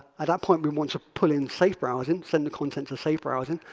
at that point we want to pull in safe browsing send the content to safe browsing,